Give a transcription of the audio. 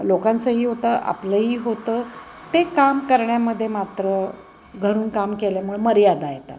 लोकांचंही होतं आपलंही होतं ते काम करण्यामध्ये मात्र घरून काम केल्यामुळे मर्यादा येतात